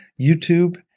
YouTube